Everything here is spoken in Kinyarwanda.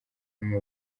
n’u